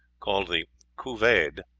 called the couvade,